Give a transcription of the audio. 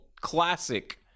classic